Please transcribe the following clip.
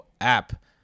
app